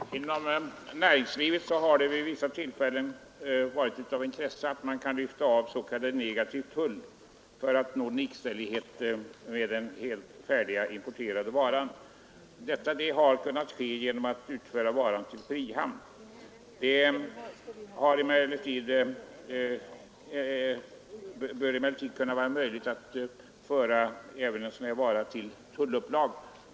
Fru talman! Inom näringslivet har det vid vissa tillfällen varit av intresse att s.k. negativ tull kunnat avlyftas för erhållande av likställighet med den helt färdiga importerade varan. Detta har kunnat ske genom att varan förs till frihamnen. Det borde emellertid också kunna införas en möjlighet att lägga upp en sådan vara även vid tullupplag.